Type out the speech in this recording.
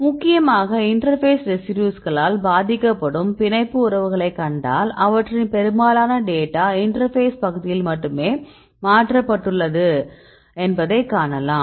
முக்கியமாக இன்டர்பேஸ் ரெசிடியூஸ்களால் பாதிக்கப்படும் பிணைப்பு உறவுகளை கண்டால் அவற்றின் பெரும்பாலான டேட்டா இன்டர்பேஸ் பகுதியில் மட்டுமே மாற்றப்பட்டுள்ளன என்பதை காணலாம்